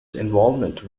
involvement